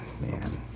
man